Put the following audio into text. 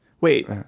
Wait